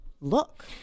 look